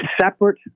separate